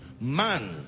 man